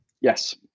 Yes